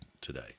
today